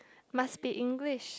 must be English